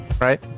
right